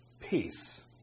peace